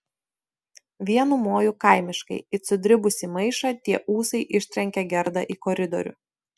vienu moju kaimiškai it sudribusį maišą tie ūsai ištrenkė gerdą į koridorių